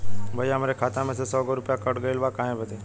भईया हमरे खाता मे से सौ गो रूपया कट गइल बा काहे बदे?